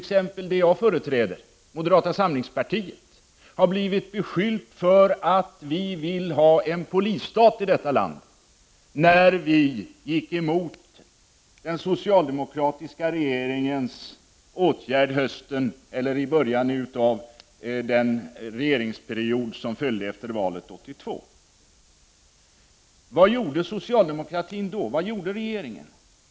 Bl.a. vi i moderata samlingspartiet blev beskyllda för att vi vill ha en polisstat i detta land när vi gick emot den socialdemokratiska regeringens åtgärd i början av den regeringsperiod som följde efter valet 1982. Vad gjorde man då från socialdemokratiskt håll och från regeringen?